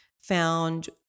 found